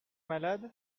malade